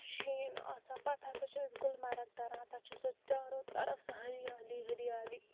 سُہ شیٖن آسان پَتہٕ ہَسا چھِ أسۍ گُلمرگ تَران تَتہِ چھُ سۄ چارو طَرف سۄ ہریالی ہریالی